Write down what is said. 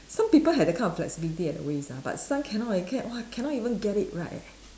some people have that kind of flexibility at the waist ah but some cannot leh can !wah! cannot even get it right eh